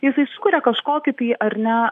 jisai sukuria kažkokį tai ar ne